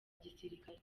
gisirikare